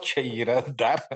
čia yra dar